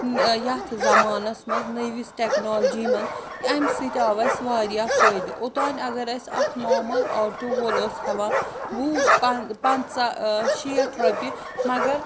یَتھ زمانَس منٛز نٔوِس ٹیکنالوجی منٛز اَمہِ سۭتۍ آو اَسہِ واریاہ فٲیدٕ اوتانۍ اگر اَسہِ اَکھ نارمل آٹوٗ وول اوس ہٮ۪وان وُہ پن پنٛژاہ شیٹھ رۄپیہِ مگر